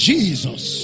Jesus